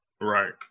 right